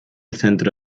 centro